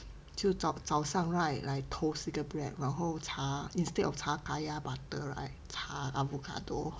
就早早上 right I toast 一个 bread 然后擦 instead of 擦 kaya butter right 擦 avocado